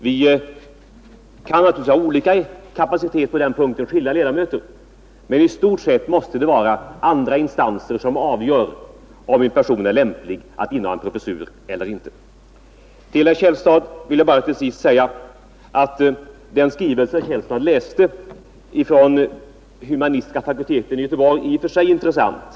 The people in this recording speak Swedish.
Skilda ledamöter kan naturligtvis ha olika kapacitet på den punkten, men i stort sett måste det vara andra instanser som avgör om en person är lämplig att inneha en professur eller inte. Till herr Källstad vill jag till sist säga, att den skrivelse han läste från humanistiska fakulteten i Göteborg i sig är intressant.